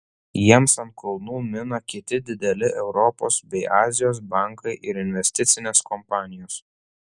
jiems ant kulnų mina kiti dideli europos bei azijos bankai ir investicinės kompanijos